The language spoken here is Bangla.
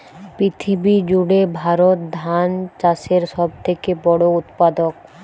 পৃথিবী জুড়ে ভারত ধান চাষের সব থেকে বড় উৎপাদক